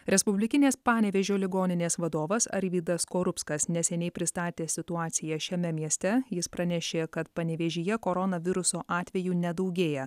respublikinės panevėžio ligoninės vadovas arvydas skorupskas neseniai pristatė situaciją šiame mieste jis pranešė kad panevėžyje koronaviruso atvejų nedaugėja